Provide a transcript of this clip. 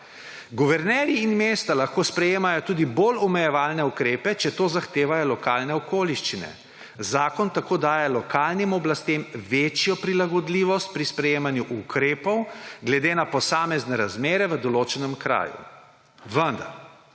Guvernerji in mesta lahko sprejemajo tudi bolj omejevalne ukrepe, če to zahtevajo lokalne okoliščine. Zakon tako daje lokalnim oblastem večjo prilagodljivost pri sprejemanju ukrepov glede na posamezne razmere v določenem kraju. Jasno